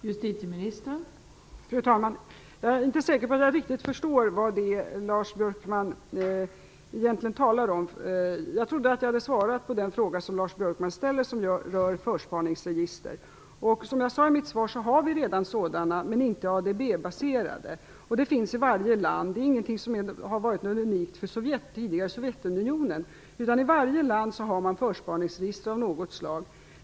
Fru talman! Jag är inte säker på att jag riktigt förstår vad det är Lars Björkman egentligen talar om. Jag trodde att jag hade svarat på den fråga som Lars Björkman ställer som rör förspaningsregister. Som jag sade i mitt svar har vi redan sådana, men inte ADB-baserade. Det finns i varje land. Det är ingenting som har varit unikt för tidigare Sovjetunionen. I varje land har man förspaningsregister av något slag.